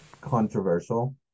controversial